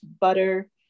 butter